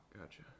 gotcha